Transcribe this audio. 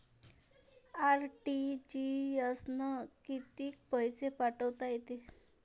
RTGS न कितीक पैसे पाठवता येते?